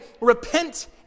repent